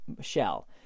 shell